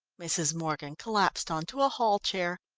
mrs. morgan collapsed on to a hall chair.